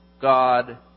God